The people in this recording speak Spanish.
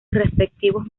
respectivos